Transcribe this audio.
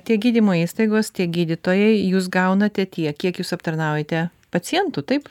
tiek gydymo įstaigos tiek gydytojai jūs gaunate tiek kiek jūs aptarnaujate pacientų taip